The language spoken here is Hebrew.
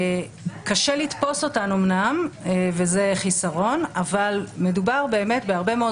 קשה לתפוס אותן אמנם וזה חיסרון אבל מדובר בהרבה מאוד